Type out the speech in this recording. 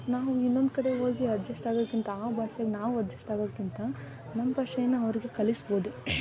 ನಾವು ಇನ್ನೊಂದು ಕಡೆ ಹೋಗಿ ಅಡ್ಜೆಸ್ಟ್ ಆಗೋದ್ಕಿಂತ ಆ ಭಾಷೆಗೆ ನಾವು ಅಡ್ಜೆಸ್ಟ್ ಆಗೋದಕ್ಕಿಂತ ನಮ್ಮ ಭಾಷೇನ್ನ ಅವ್ರಿಗೆ ಕಲಿಸ್ಬೋದು